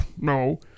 no